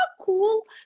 cool